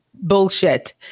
bullshit